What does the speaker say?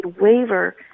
waiver